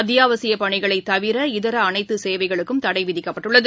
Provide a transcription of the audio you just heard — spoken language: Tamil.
அத்தியாவசியபணிகளைதவிர இதரஅனைத்துசேவைகளுக்கும் தடைவிதிக்கப்பட்டுள்ளது